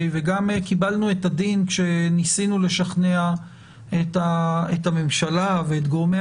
וגם קיבלנו את הדין כשניסינו לשכנע את הממשלה ואת גורמי